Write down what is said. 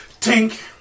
Tink